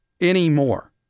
anymore